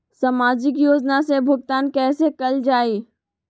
सामाजिक योजना से भुगतान कैसे कयल जाई?